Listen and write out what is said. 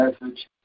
message